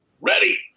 Ready